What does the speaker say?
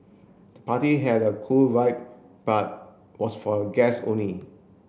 the party had a cool vibe but was for a guest only